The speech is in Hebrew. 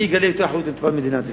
אני אגלה יותר אחריות לטובת מדינת ישראל.